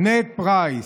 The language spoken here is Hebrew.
נד פרייס.